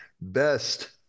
best